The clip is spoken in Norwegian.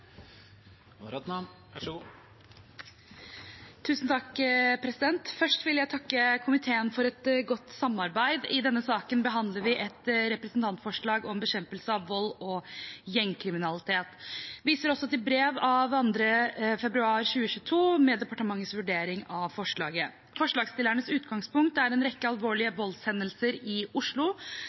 Først vil jeg takke komiteen for et godt samarbeid. I denne saken behandler vi et representantforslag om bekjempelse av vold og gjengkriminalitet. Jeg viser også til brev av 2. februar 2022 med departementets vurdering av forslaget. Forslagsstillernes utgangspunkt er en rekke alvorlige voldshendelser i Oslo